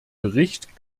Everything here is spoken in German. bericht